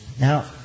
Now